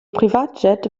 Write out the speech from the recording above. privatjet